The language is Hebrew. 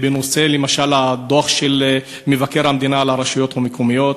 למשל, בדוח של מבקר המדינה על הרשויות המקומיות,